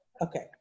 Okay